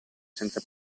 senza